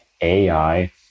AI